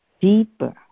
deeper